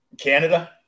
Canada